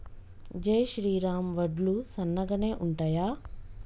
జై శ్రీరామ్ వడ్లు సన్నగనె ఉంటయా?